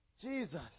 Jesus